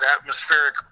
atmospheric